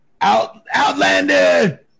Outlander